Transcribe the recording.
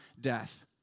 death